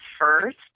first